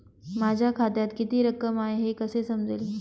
माझ्या खात्यात किती रक्कम आहे हे कसे समजेल?